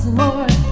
more